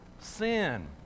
sin